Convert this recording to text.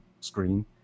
screen